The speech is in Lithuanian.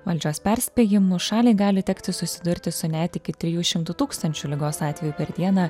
valdžios perspėjimu šaliai gali tekti susidurti su net iki trijų šimtų tūkstančių ligos atvejų per dieną